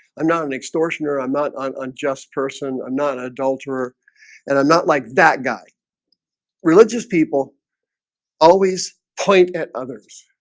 i'm not an extortioner. i'm not on unjust person i'm not an adulterer and i'm not like that guy religious people always point at others,